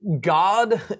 God